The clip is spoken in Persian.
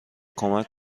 کمک